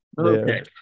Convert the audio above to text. Okay